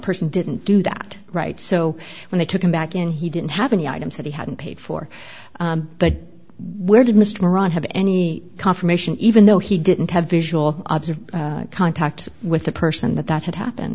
person didn't do that right so when they took him back in he didn't have any items that he hadn't paid for but where did mr moron have any confirmation even though he didn't have visual obs or contact with the person that that had happened